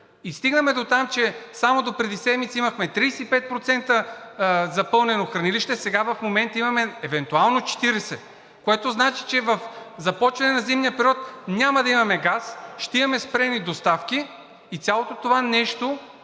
Стигаме дотам, че само допреди седмица имахме 35% запълнено хранилище, сега в момента имаме евентуално 40%. Това означава, че при започване на зимния период няма да имаме газ, ще имаме спрени доставки и цялото това нещо е